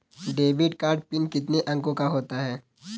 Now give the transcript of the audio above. Debit card PIN कितने अंकों का होता है?